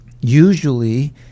Usually